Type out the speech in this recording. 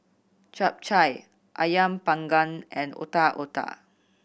Chap Chai Ayam Panggang and Otak Otak